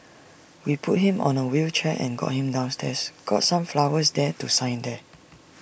we put him on A wheelchair and got him downstairs got some flowers there to sign there